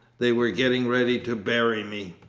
they were getting ready to bury me.